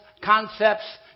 concepts